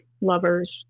lovers